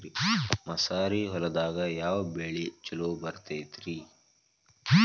ಮಸಾರಿ ಹೊಲದಾಗ ಯಾವ ಬೆಳಿ ಛಲೋ ಬರತೈತ್ರೇ?